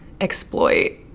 exploit